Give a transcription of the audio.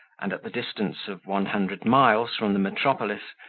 and at the distance of one hundred miles from the metropolis,